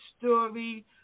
story